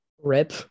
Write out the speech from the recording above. rip